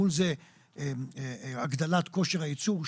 מול זה הגדלת כושר הייצור,